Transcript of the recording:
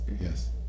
yes